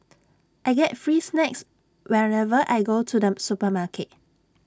I get free snacks whenever I go to the supermarket